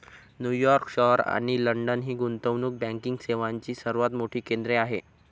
New York शहर आणि London ही गुंतवणूक बँकिंग सेवांची सर्वात मोठी केंद्रे आहेत